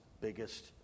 biggest